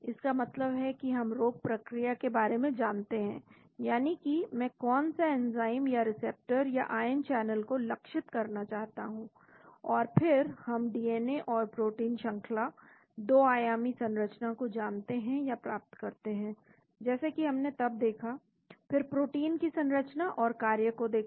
इसका मतलब है कि हम रोग प्रक्रिया के बारे में जानते हैं यानी कि मैं कौन सा एंजाइम या रिसेप्टर या आयन चैनल को लक्षित करना चाहता हूं और फिर हम डीएनए और प्रोटीन श्रंखला 2 आयामी संरचना को जानते हैं या प्राप्त करते हैंजैसे कि हमने तब देखा फिर प्रोटीन की संरचना और कार्य को देखें